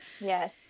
Yes